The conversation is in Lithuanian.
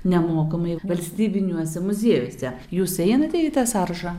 nemokamai valstybiniuose muziejuose jūs įeinate į tą sąrašą